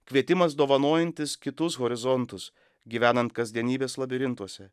kvietimas dovanojantis kitus horizontus gyvenant kasdienybės labirintuose